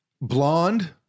Blonde